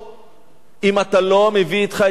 אם אתה לא מביא אתך את יהונתן פולארד.